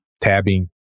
tabbing